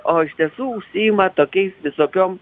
o iš tiesų užsiima tokiais visokiom